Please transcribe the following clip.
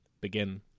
begin